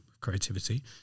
Creativity